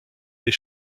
des